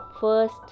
first